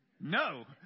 No